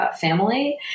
family